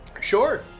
Sure